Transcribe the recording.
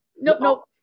nope